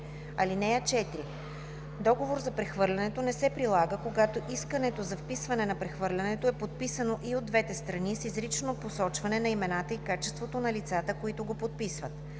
такса. (4) Договор за прехвърлянето не се прилага, когато искането за вписване на прехвърлянето е подписано и от двете страни с изрично посочване на имената и качеството на лицата, които го подписват.